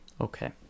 okay